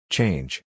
Change